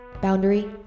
Boundary